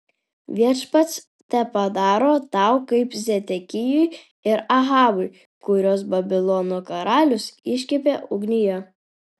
viešpats tepadaro tau kaip zedekijui ir ahabui kuriuos babilono karalius iškepė ugnyje